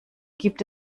gibt